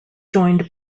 joined